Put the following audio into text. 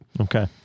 Okay